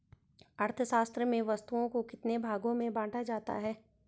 अर्थशास्त्र में वस्तुओं को कितने भागों में बांटा जाता है?